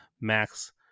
Max